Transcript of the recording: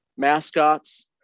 mascots